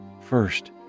first